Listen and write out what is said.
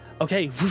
Okay